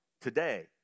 today